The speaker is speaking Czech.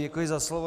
Děkuji, za slovo.